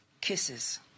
kisses